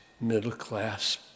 middle-class